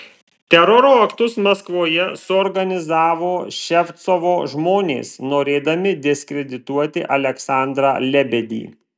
teroro aktus maskvoje suorganizavo ševcovo žmonės norėdami diskredituoti aleksandrą lebedį